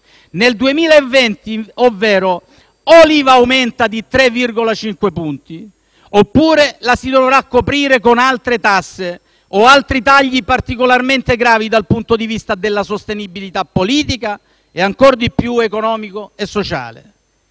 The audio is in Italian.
Nel 2020 o l'IVA aumenta di 3,5 punti percentuali oppure la si dovrà coprire con altre tasse o altri tagli particolarmente gravi dal punto di vista della sostenibilità politica e ancor di più economico e sociale.